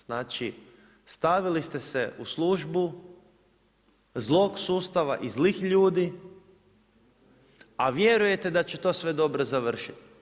Znači, stavili ste se u službu zlog sustava i zlih ljudi, a vjerujete da će to sve dobro završit.